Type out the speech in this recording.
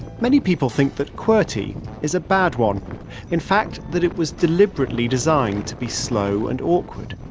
many people think that qwerty is a bad one in fact, that it was deliberately designed to be slow and awkward.